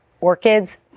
orchids